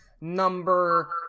number